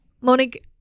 Monique